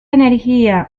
energía